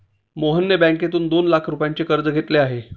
मोहनने बँकेतून दोन लाख रुपयांचे कर्ज घेतले आहे